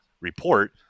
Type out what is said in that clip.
report